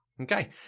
Okay